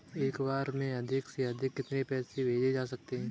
एक बार में अधिक से अधिक कितने पैसे भेज सकते हैं?